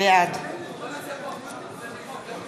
בעד